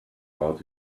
out